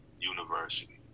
University